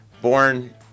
born